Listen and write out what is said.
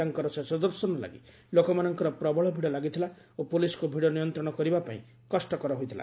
ତାଙ୍କର ଶେଷଦର୍ଶନ ଲାଗି ଲୋକମାନଙ୍କର ପ୍ରବଳ ଭିଡ଼ ଲାଗିଥିଲା ଓ ପୋଲିସକୁ ଭିଡ଼ ନିୟନ୍ତ୍ରଣ କରିବା ପାଇଁ କଷ୍ଟକର ହୋଇଥିଲା